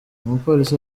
umupolisi